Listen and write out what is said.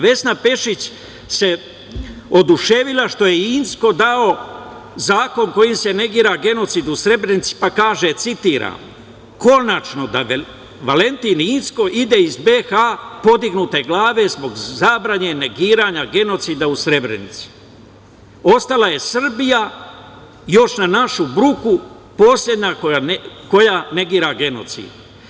Vesna Pešić se oduševila što je Incko dao zakon kojim se negira genocid u Srebrenici, pa kaže, citiram – konačno da Valentin Incko ide iz BiH podignute glave zbog zabrane negiranja genocida u Srebrenici, ostala je Srbija još, na našu bruku, poslednja koja negira genocid.